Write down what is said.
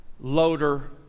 loader